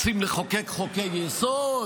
רוצים לחוקק חוקי-יסוד,